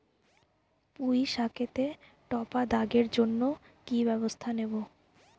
পুই শাকেতে টপা দাগের জন্য কি ব্যবস্থা নেব?